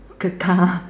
the car